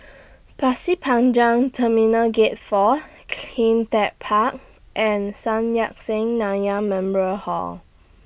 Pasir Panjang Terminal Gate four CleanTech Park and Sun Yat Sen Nanyang Memorial Hall